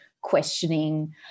questioning